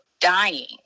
dying